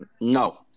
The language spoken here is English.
No